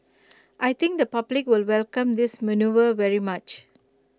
I think the public will welcome this manoeuvre very much